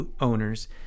owners